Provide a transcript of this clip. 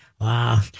Wow